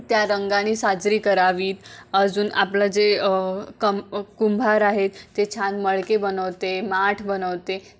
त्या रंगानी साजरी करावीत अजून आपलं जे कं कुंभार आहेत ते छान मडके बनवते माठ बनवते जे